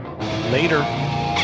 Later